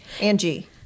Angie